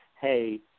hey